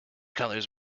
colours